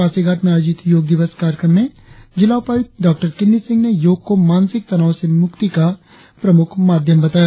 पासीघाट में आयोजित योग दिवस कार्यक्रम में जिला उपायुक्त डॉ किन्नी सिंह ने योग को मानसिक तनाव से मुक्ति का प्रमुख माध्यम बताया